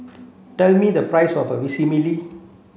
tell me the price of Vermicelli